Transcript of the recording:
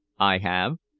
i have.